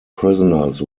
prisoners